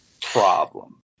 problem